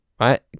Right